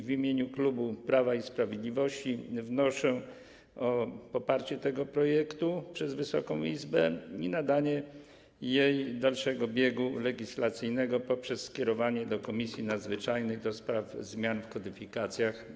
W imieniu klubu Prawa i Sprawiedliwości wnoszę o poparcie tego projektu przez Wysoką Izbę i nadanie jej dalszego biegu legislacyjnego poprzez skierowanie do Komisji Nadzwyczajnej do spraw zmian w kodyfikacjach.